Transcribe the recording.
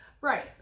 Right